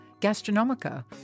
Gastronomica